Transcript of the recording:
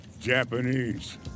Japanese